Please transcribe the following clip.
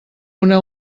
una